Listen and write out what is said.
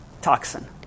Toxin